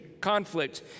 conflict